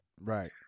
Right